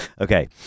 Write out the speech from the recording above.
Okay